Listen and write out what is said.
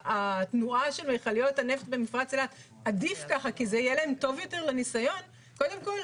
התנועה של מכליות הנפט במפרץ אילת יהיה להם טוב יותר לניסיון קודם כל,